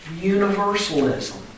universalism